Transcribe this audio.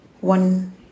one